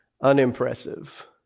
unimpressive